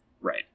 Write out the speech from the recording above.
Right